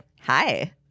hi